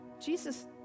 Jesus